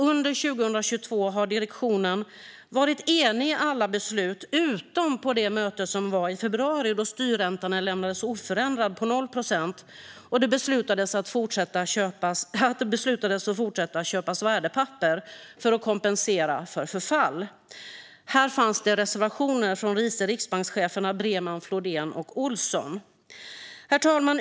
Under 2022 har direktionen varit enig i alla beslut utom på mötet i februari, då styrräntan lämnades oförändrad på 0 procent och man beslutade att fortsätta köpa värdepapper för att kompensera för förfall. Här fanns reservationer från vice riksbankscheferna Breman, Flodén och Ohlsson. Herr talman!